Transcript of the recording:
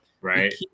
right